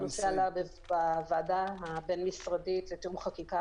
הנושא עלה ב-2018 בוועדה הבין-משרדית לתיאום חקיקה